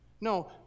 No